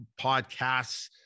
podcasts